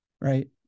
right